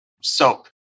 soap